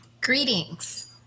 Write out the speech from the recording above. Greetings